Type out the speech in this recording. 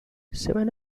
seven